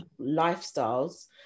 lifestyles